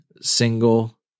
single